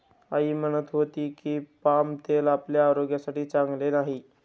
आई म्हणत होती की, पाम तेल आपल्या आरोग्यासाठी चांगले नाही